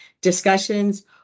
discussions